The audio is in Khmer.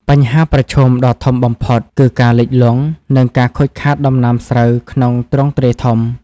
បញ្ហាប្រឈមដ៏ធំបំផុតគឺ ការលិចលង់ និងការខូចខាតដំណាំស្រូវក្នុងទ្រង់ទ្រាយធំ។